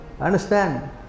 Understand